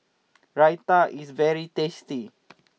Raita is very tasty